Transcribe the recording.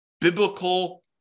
biblical